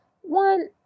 one